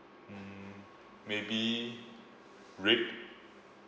mm maybe red